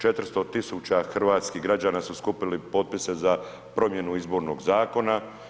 400 tisuća hrvatskih građana su skupili potpise za promjenu Izbornog zakona.